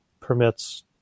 permits